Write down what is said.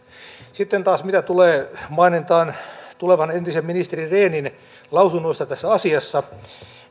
sitten taas mitä tulee mainintaan tulevan entisen ministeri rehnin lausunnoista tässä asiassa